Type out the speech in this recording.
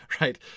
right